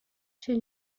chez